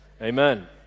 Amen